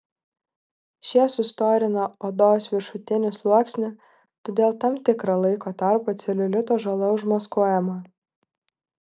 šie sustorina odos viršutinį sluoksnį todėl tam tikrą laiko tarpą celiulito žala užmaskuojama